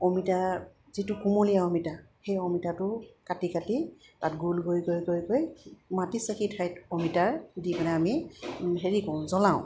অমিতাৰ যিটো কোমলীয়া অমিতা সেই অমিতাটো কাটি কাটি তাত গোল গৈ গৈ গৈ গৈ মাটি চাকি ঠাইত অমিতাৰ দি পিনে আমি হেৰি কৰোঁ জ্বলাওঁ